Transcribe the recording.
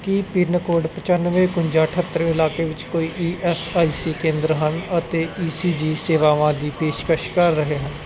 ਕੀ pincode ਪਚਾਨਵੇਂ ਇਕਵੰਜਾ ਅਠਹੱਤਰ ਇਲਾਕੇ ਵਿੱਚ ਕੋਈ ਈ ਐਸ ਆਈ ਸੀ ਕੇਂਦਰ ਹਨ ਅਤੇ ਈ ਸੀ ਜੀ ਸੇਵਾਵਾਂ ਦੀ ਪੇਸ਼ਕਸ਼ ਕਰ ਰਹੇ ਹਨ